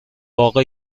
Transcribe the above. باغ